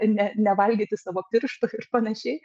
ne nevalgyti savo pirštų ir panašiai